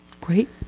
Great